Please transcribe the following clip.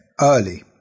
early